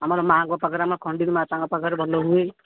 ଆମର ମାଆଙ୍କ ପାଖରେ ଆମ ଖଣ୍ଡିର ମାତାଙ୍କ ପାଖରେ ଭଲ ହୁଏ